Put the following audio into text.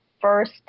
first